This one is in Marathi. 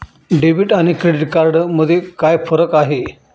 डेबिट आणि क्रेडिट कार्ड मध्ये काय फरक आहे?